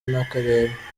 n’akarere